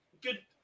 Good